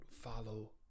follow